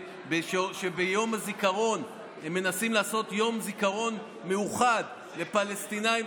שביום הזיכרון הם מנסים לעשות יום זיכרון מאוחד לפלסטינים,